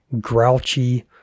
grouchy